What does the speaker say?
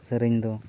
ᱥᱮᱨᱮᱧ ᱫᱚ